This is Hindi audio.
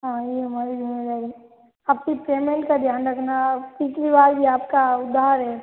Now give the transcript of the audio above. हाँ यह हमारे ज़िम्मेदारी है आप प्लीज़ पेमेन्ट का ध्यान रखना आप पिछली बार आपका उधार है